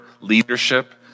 leadership